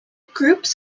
groups